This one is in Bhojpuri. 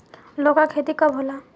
लौका के खेती कब होला?